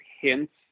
hints